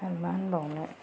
आरो मा होनबावनो